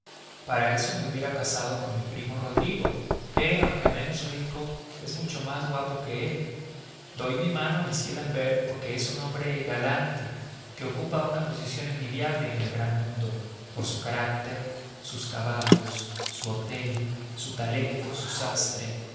para eso me hubiera casado con mi primo rodrigo que aunque menos rico es mucho más guapo que él doy mi mano a m l'ambert porque es un hombre galante que ocupa una posición envidiable en el gran mundo por su carácter sus caballos su hotel su talento su sastre